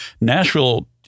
Nashville